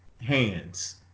Hands